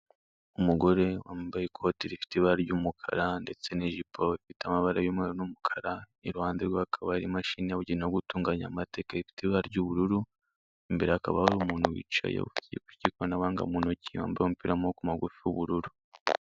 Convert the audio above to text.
Umugore wambaye ikoti rifite ibara ry'umukara, ndetse n'ijipo ifite amabara y'umweru n'umukara, iruhande rwe hakaba hari imashini yabugenewe yo gutunganya amata, ikaba ifite ibara ry'ubururu, imbere hakaba hari umuntu wicaye ufite igikoresho cy'ikoranabuhanga mu ntoki, wambaye umupira w'amaboko magufi w'ubururu.